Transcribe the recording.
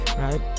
right